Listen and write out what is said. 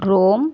Rome